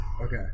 Okay